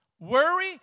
Worry